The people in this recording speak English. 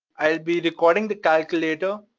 i'll be recording the calculator,